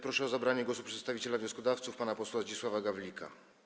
Proszę o zabranie głosu przedstawiciela wnioskodawców pana posła Zdzisława Gawlika.